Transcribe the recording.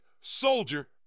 soldier